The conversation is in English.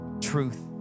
truth